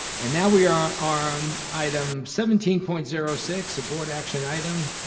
and now we are on item seventeen point zero six, a board action item.